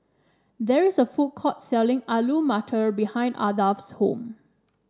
there is a food court selling Alu Matar behind Ardath's home